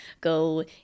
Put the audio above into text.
go